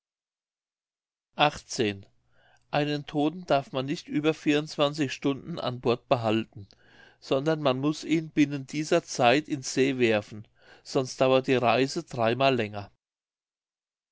einen todten darf man nicht über stunden an bord behalten sondern man muß ihn binnen dieser zeit in see werfen sonst dauert die reise dreimal länger